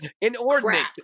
Inordinate